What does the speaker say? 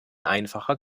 einfacher